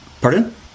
pardon